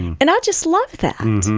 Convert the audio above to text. and i just love that,